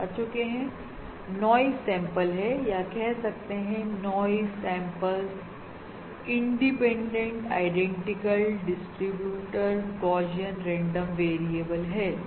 जैसा कि हम बता चुके हैं कि नॉइस सैंपल हैं या कह सकते हैं noise samples independent identically distributor Gaussian random variable है